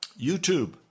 YouTube